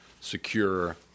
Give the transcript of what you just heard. secure